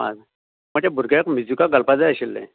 हय म्हाज्या भुरग्याक म्युजीकाक घालपाक जाय आशिल्लें